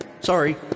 Sorry